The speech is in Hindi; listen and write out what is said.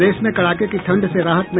प्रदेश में कड़ाके की ठंड से राहत नहीं